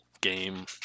game